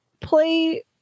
play